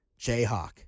Jayhawk